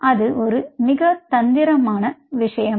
அது ஒருவித தந்திரமான விஷயம்